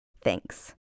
Thanks